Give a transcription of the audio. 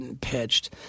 pitched